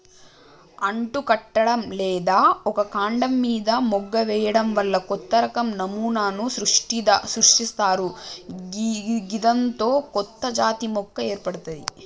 అంటుకట్టడం లేదా ఒక కాండం మీన మొగ్గ వేయడం వల్ల కొత్తరకం నమూనాను సృష్టిస్తరు గిదాంతో కొత్తజాతి మొక్క ఏర్పడ్తది